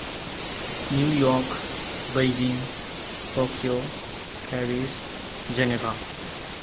new York Beijing Tokyo Paris Geneva